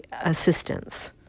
assistance